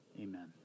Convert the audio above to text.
Amen